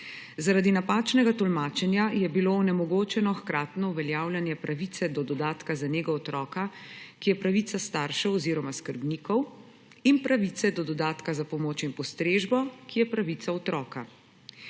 Zaradi napačnega tolmačenja je bilo onemogočeno hkratno uveljavljanje pravice do dodatka za nego otroka, ki je pravica staršev oziroma skrbnikov, in pravice do dodatka za pomoč in postrežbo, ki je pravica otroka.